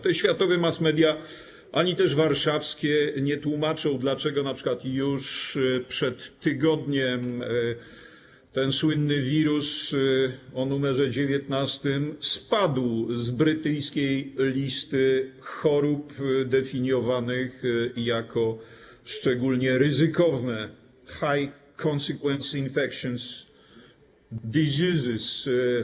Te światowe mass media ani też warszawskie nie tłumaczą, dlaczego np. już przed tygodniem ten słynny wirus o numerze 19 spadł z brytyjskiej listy chorób definiowanych jako szczególnie ryzykowne - high consequence infectious diseases.